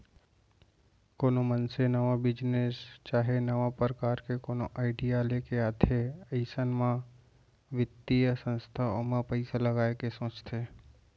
कोनो मनसे नवा बिजनेस चाहे नवा परकार के कोनो आडिया लेके आथे अइसन म बित्तीय संस्था ओमा पइसा लगाय के सोचथे